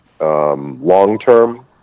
long-term